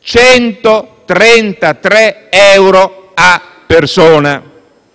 133 euro a persona.